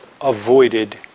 avoided